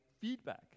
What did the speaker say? feedback